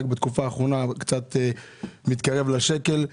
רק בתקופה האחרונה הוא קצת מתקרב לשקל.